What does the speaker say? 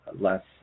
less